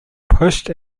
pushed